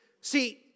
See